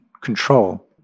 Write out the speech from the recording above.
control